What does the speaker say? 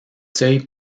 seuils